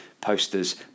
posters